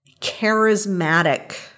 charismatic